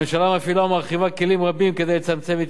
הממשלה מפעילה ומרחיבה כלים רבים כדי לצמצם את